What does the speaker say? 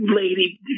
lady